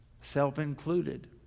self-included